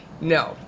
No